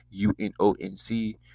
UNONC